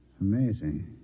Amazing